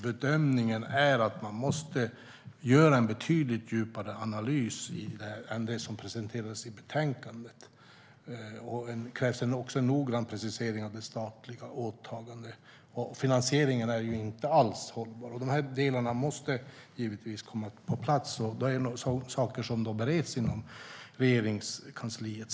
Bedömningen är att man måste göra en betydligt djupare analys än vad som presenterades i betänkandet. Det krävs också en noggrann precisering av det statliga åtagandet. Finansieringen är inte alls hållbar. De här delarna måste givetvis komma på plats, och det är sådana saker som bereds inom Regeringskansliet.